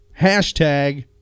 Hashtag